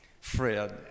Fred